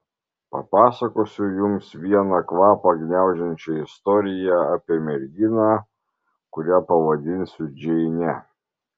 papasakosiu jums vieną kvapą gniaužiančią istoriją apie merginą kurią pavadinsiu džeine